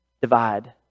divide